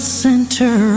center